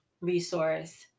resource